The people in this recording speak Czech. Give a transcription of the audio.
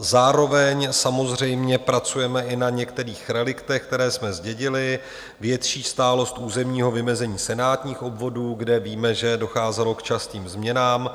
Zároveň samozřejmě pracujeme i na některých reliktech, které jsme zdědili větší stálost územního vymezení senátních obvodů, kde víme, že docházelo k častým změnám.